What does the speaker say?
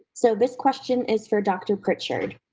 so this question is for dr. pritchard.